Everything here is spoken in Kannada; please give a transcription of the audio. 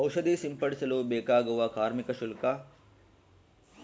ಔಷಧಿ ಸಿಂಪಡಿಸಲು ಬೇಕಾಗುವ ಕಾರ್ಮಿಕ ಶುಲ್ಕ?